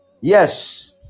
Yes